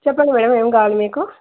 చెప్పండి మేడం ఏం కావాలి మీకు